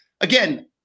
Again